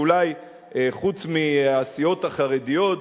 ואולי חוץ מהסיעות החרדיות,